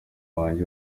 wanjye